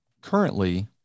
currently